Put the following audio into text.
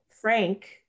Frank